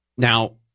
Now